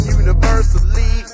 universally